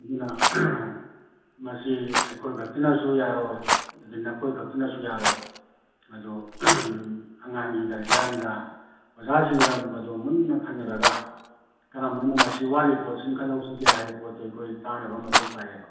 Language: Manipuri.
ꯑꯗꯨꯅ ꯃꯁꯤ ꯑꯩꯈꯣꯏ ꯈꯛꯇꯅꯁꯨ ꯌꯥꯔꯣꯏ ꯑꯗꯒꯤ ꯅꯈꯣꯏ ꯈꯛꯇꯅꯁꯨ ꯌꯥꯔꯣꯏ ꯑꯗꯣ ꯑꯉꯥꯡꯒꯤ ꯒꯥꯔꯖꯤꯌꯥꯟꯒ ꯑꯣꯖꯥꯁꯤꯡꯗ ꯃꯗꯨ ꯃꯨꯟꯅ ꯈꯟꯅꯔꯒ ꯀꯔꯝꯕꯅ ꯃꯁꯤ ꯋꯥꯠꯂꯤ ꯈꯣꯠꯂꯤ ꯏꯟꯈꯠꯍꯧꯁꯤꯒꯦ ꯍꯥꯏꯕ ꯄꯣꯠꯇꯨ ꯑꯩꯈꯣꯏ ꯇꯥꯟꯅꯕ ꯑꯃ ꯃꯊꯧ ꯇꯥꯏꯌꯦꯕ